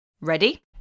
Ready